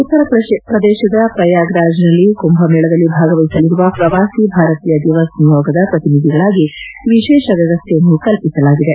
ಉತ್ತರ ಪ್ರದೇಶದ ಪ್ರಯಾಗ್ರಾಜ್ನಲ್ಲಿ ಕುಂಭಮೇಳದಲ್ಲಿ ಭಾಗವಹಿಸಲಿರುವ ಪ್ರವಾಸಿ ಭಾರತೀಯ ದಿಸವ್ ನಿಯೋಗದ ಪ್ರತಿನಿಧಿಗಳಿಗಾಗಿ ವಿಶೇಷ ವ್ಯವಸ್ಥೆಯನ್ನು ಕಲ್ಪಿಸಲಾಗಿದೆ